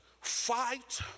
fight